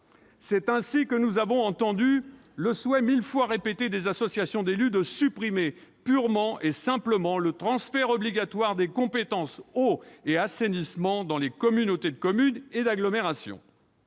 C'est ainsi que nous avons entendu le souhait mille fois répété des associations d'élus de voir supprimer purement et simplement le transfert obligatoire de la compétence en matière d'eau et d'assainissement dans les communautés de communes et d'agglomération.